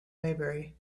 maybury